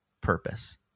purpose